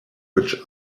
which